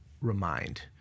remind